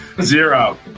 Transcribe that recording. Zero